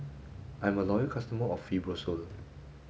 I'm a loyal customer of Fibrosol